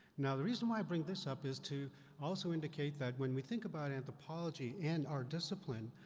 now the reason why i bring this up is to also indicate that when we think about anthropology and our discipline,